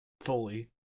fully